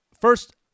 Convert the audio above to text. First